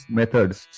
methods